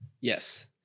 Yes